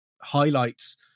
highlights